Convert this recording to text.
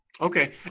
Okay